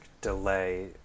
delay